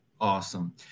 Awesome